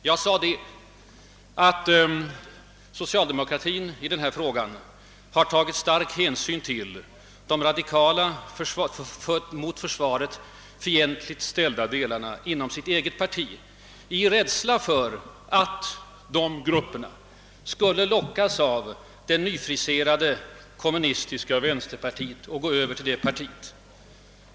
Jag sade att socialdemokratin i denna fråga har tagit stark hänsyn till de radikala, mot försvaret fientligt ställda delarna inom sitt eget parti i rädsla för att dessa grupper skulle lockas av det nyfriserade kommunistiska vänsterpartiet och gå över till det.